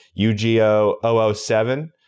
UGO007